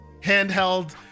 handheld